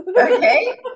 Okay